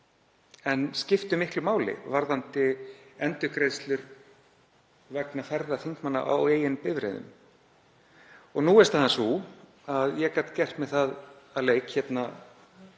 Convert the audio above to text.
en skiptu miklu máli varðandi endurgreiðslur vegna ferða þingmanna á eigin bifreiðum. Nú er staðan sú að ég gat gert mér það að leik hérna